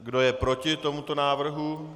Kdo je proti tomuto návrhu?